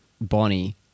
Bonnie